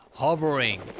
hovering